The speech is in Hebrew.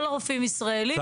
כל הרופאים ישראלים.